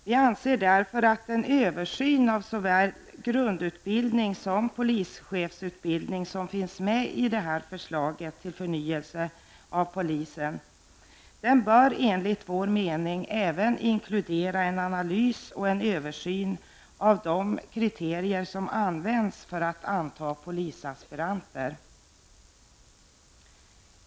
Vi anser därför att en översyn av såväl grundutbildning som polischefsutbildning, som finns med i förslaget till förnyelse av polisen, bör även inkludera en analys och översyn av de kriterier som används för att anta polisaspiranter.